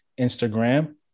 Instagram